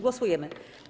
Głosujemy.